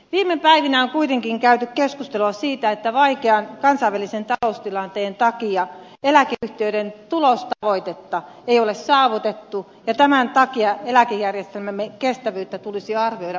viime päivinä on kuitenkin käyty keskustelua siitä että vaikean kansainvälisen taloustilanteen takia eläkeyhtiöiden tulostavoitetta ei ole saavutettu ja tämän takia eläkejärjestelmämme kestävyyttä tulisi arvioida uudestaan